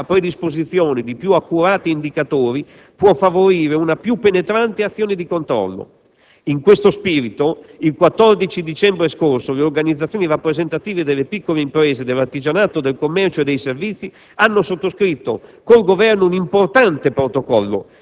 L'assunto è in sé corretto perché la predisposizione di più accurati indicatori può favorire una più penetrante azione di controllo. In questo spirito, il 14 dicembre scorso, le organizzazioni rappresentative delle piccole imprese dell'artigianato, del commercio e dei servizi, hanno sottoscritto